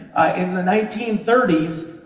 in the nineteen thirty s,